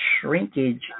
shrinkage